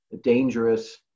dangerous